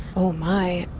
oh my,